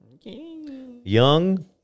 Young